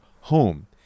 home